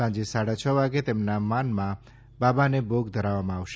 સાંજે સાડા છ વાગે તેમના માનમાં બાબાને ભોગ ધરાવવામાં આવશે